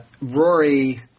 Rory